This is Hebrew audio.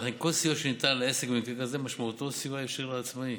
ולכן כל סיוע שניתן לעסק במקרה זה משמעותו סיוע ישיר לעצמאי.